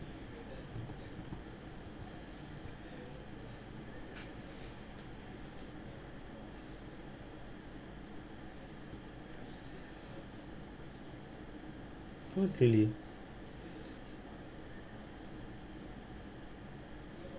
good feeling